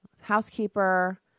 Housekeeper